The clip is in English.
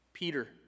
Peter